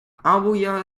abuja